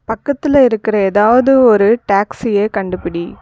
பக்கத்தில் இருக்கிற ஏதாவதொரு டாக்ஸியை கண்டுபிடி